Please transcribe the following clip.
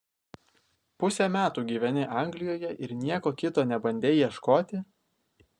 pusę metų gyveni anglijoje ir nieko kito nebandei ieškoti